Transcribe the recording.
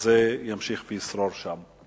הזה יימשך וישרור שם.